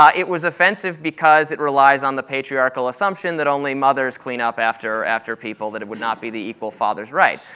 it was offensive because it relies on the patriarchal assumption that only mothers clean up after after people, that it would not be the equal father's right.